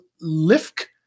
lift